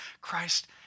Christ